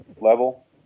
level